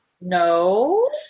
No